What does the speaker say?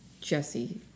Jesse